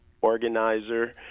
organizer